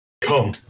Come